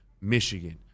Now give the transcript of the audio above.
Michigan